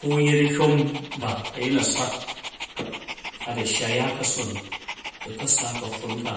Ku yet a̱hyom ba̱ a̱yin a̱ swat hat a skya ya ka̱son u̱ ka̱sa ka̱pffun ka